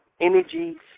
energy